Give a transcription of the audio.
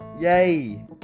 Yay